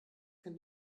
kann